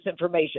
disinformation